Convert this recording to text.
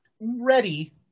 ready